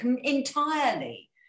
entirely